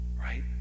right